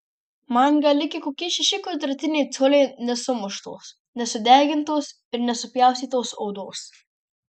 man gal likę kokie šeši kvadratiniai coliai nesumuštos nesudegintos ir nesupjaustytos odos